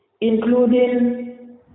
including